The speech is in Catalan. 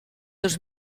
dos